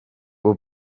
will